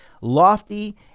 lofty